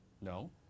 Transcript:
No